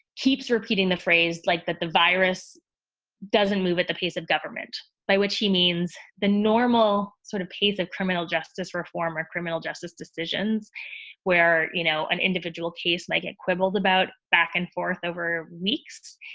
keeps repeating the phrase like that the virus doesn't move at the pace of government, by which he means the normal sort of pace of criminal justice reform or criminal justice decisions where, you know, an individual case like get quibbled about back and forth over weeks.